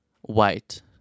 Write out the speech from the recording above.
white